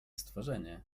stworzenie